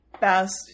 Best